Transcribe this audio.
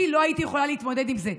אני לא הייתי יכולה להתמודד עם זה.